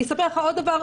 ואני אספר לך עוד דבר,